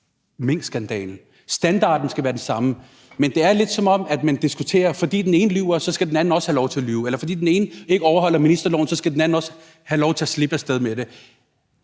minkskandalen. Standarden skal være den samme. Men det er lidt, som om man diskuterer noget med, at fordi den ene lyver, skal den anden også have lov til at lyve, eller fordi den ene ikke overholder ministeransvarlighedsloven, skal den anden også have lov til at slippe af sted med det.